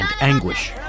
anguish